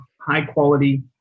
high-quality